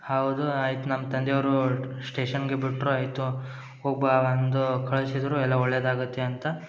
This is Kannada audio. ಹೌದು ಆಯಿತು ನಮ್ಮ ತಂದೆಯವರು ಸ್ಟೇಷನ್ಗೆ ಬಿಟ್ಟರು ಆಯಿತು ಹೋಗಿ ಬಾ ಅಂದು ಕಳ್ಸಿದರು ಎಲ್ಲ ಒಳ್ಳೆಯದಾಗುತ್ತೆ ಅಂತ